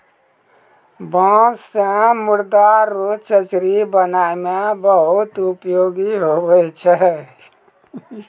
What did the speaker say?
बाँस से मुर्दा रो चचरी बनाय मे बहुत उपयोगी हुवै छै